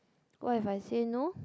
what if I say no